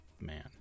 Man